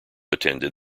attended